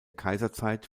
kaiserzeit